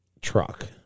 Truck